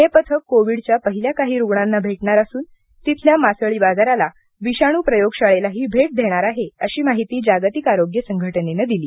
हे पथक कोविडच्या पहिल्या काही रुग्णांना भेटणार असून तिथल्या मासळी बाजाराला विषाणू प्रयोगशाळेलाही भेट देणार आहे अशी माहिती जागतिक आरोग्य संघटनेने दिली